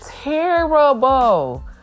terrible